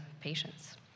patients